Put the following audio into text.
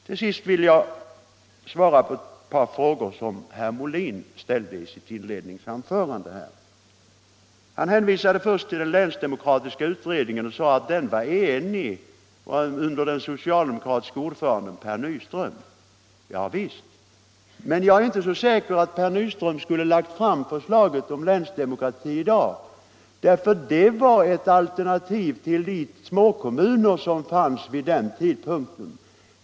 Till sist vill jag svara på ett par frågor som herr Molin ställde i sitt inledningsanförande. Herr Molin hänvisade först till länsdemokratiutredningen och sade att den var enig under den socialdemokratiske ordföranden Per Nyström. Ja visst — men jag är inte så säker på att herr Nyström skulle ha lagt förslaget om länsdemokrati i dag, för det var ett alternativ till de småkommuner som fanns vid den tidpunkten.